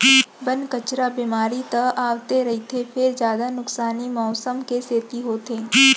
बन, कचरा, बेमारी तो आवते रहिथे फेर जादा नुकसानी मउसम के सेती होथे